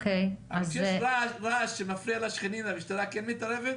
כשיש רעש שמפריע לשכנים המשטרה כן מתערבת?